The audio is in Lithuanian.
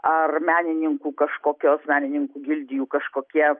ar menininkų kažkokios menininkų gildijų kažkokie